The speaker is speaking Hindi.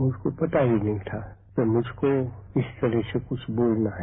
मुझको पता ही नहीं था कि मुझको इस तरह से कुछ बोलना है